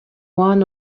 one